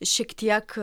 šiek tiek